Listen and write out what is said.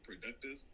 productive